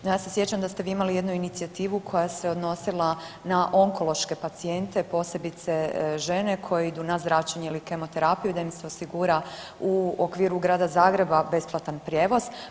Ja se sjećam da ste vi imali jednu inicijativu koja se odnosila na onkološke pacijente, a posebice žene koje idu na zračenje ili kemoterapiju da im se osigura u okviru Grada Zagreba besplatan prijevoz.